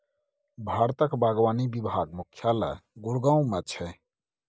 भारतक बागवानी विभाग मुख्यालय गुड़गॉव मे छै